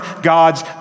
God's